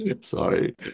Sorry